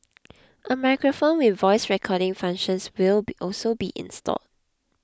a microphone with voice recording functions will be also be installed